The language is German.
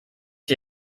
die